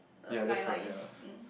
ya that's correct ya